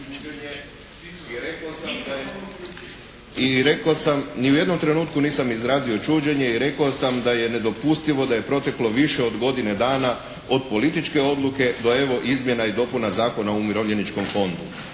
i rekao sam da je nedopustivo da je proteklo više od godine dana od političke odluke do evo izmjena i dopuna Zakona o umirovljeničkom fondu.